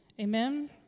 Amen